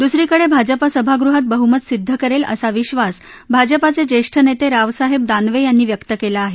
दुसरीकडे भाजपा सभागृहात बहुमत सिद्ध करेल असा विधास भाजपाचे ज्येष्ठ नेते रावसाहेब दानवे यांनी व्यक्त केला आहे